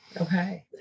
Okay